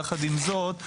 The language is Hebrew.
יחד עם זאת,